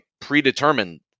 predetermined